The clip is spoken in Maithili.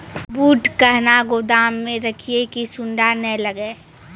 बूट कहना गोदाम मे रखिए की सुंडा नए लागे?